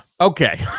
Okay